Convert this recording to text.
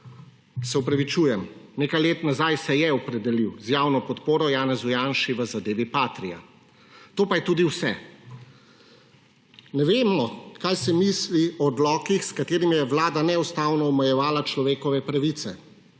Se opravičujem, nekaj let nazaj se je opredelil z javno podporo Janezu Janši v zadevi Patria. To pa je tudi vse. Ne vemo, kaj si misli o odlokih, s katerimi je vlada neustavno omejevala človekove pravice.